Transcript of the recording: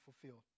fulfilled